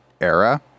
era